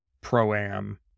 pro-am